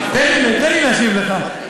תן לי להשיב לך.